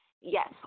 Yes